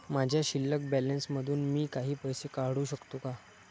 माझ्या शिल्लक बॅलन्स मधून मी काही पैसे काढू शकतो का?